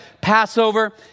Passover